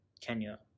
Kenya